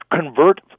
convert